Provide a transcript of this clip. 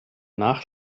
nach